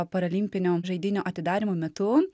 paralimpinių žaidynių atidarymo metu